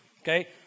Okay